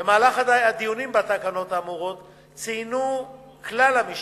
במהלך הדיונים בתקנות האמורות ציינו כלל המשתתפים,